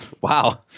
Wow